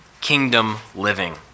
kingdom-living